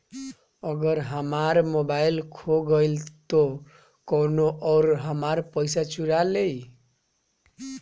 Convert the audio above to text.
अगर हमार मोबइल खो गईल तो कौनो और हमार पइसा चुरा लेइ?